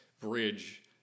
bridge